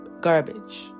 Garbage